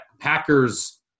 Packers